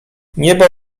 niebo